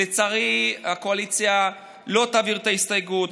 לצערי הקואליציה לא תעביר את ההסתייגות.